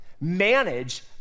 manage